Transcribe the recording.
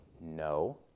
No